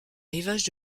rivages